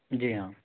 जी हाँ